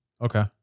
Okay